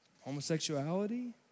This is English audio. Homosexuality